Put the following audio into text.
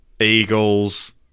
eagles